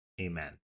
Amen